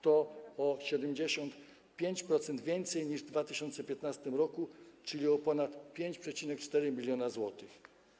To o 75% więcej niż w 2015 r., czyli o ponad 5,4 mln zł.